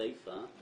סיפה,